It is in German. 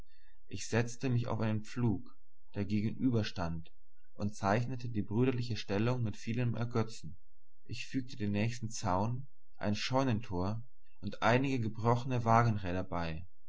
ich setzte mich auf einen pflug der gegenüber stand und zeichnete die brüderliche stellung mit vielem ergetzen ich fügte den nächsten zaun ein scheunentor und einige gebrochene wagenräder bei